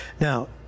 Now